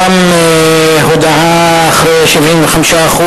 גם הודעה אחרי 75%